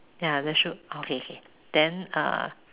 ya the shoe oh okay okay then uh